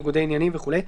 ניגודי עניינים וכולי.